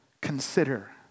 consider